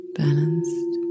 balanced